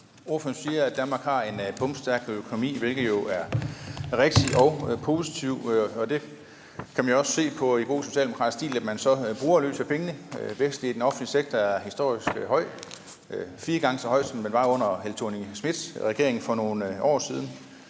Ordføreren siger, at Danmark har en bomstærk økonomi, hvilket jo er rigtigt og positivt, og det kan man også se på, at man i god socialdemokratisk stil så bruger løs af pengene. Væksten i den offentlige sektor er historisk høj; den er fire gange så høj, som den var under Helle Thorning-Schmidts regering for nogle år siden.